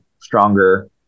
stronger